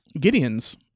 Gideon's